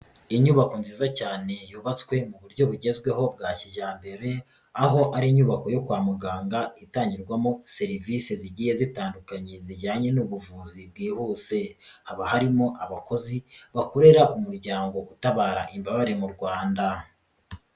Inyubako nziza cyane yubatswe mu buryo bugezweho bwa kijyambere, aho ari inyubako yo kwa muganga itangirwamo serivisi zigiye zitandukanye zijyanye n'ubuvuzi bwihuse, haba harimo abakozi, bakorera umuryango utabara imbabare mu Rwanda.